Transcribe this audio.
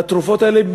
והתרופות האלה,